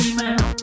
Email